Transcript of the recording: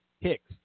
Hicks